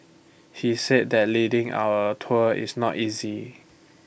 he said that leading our tour is not easy